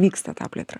vyksta ta plėtra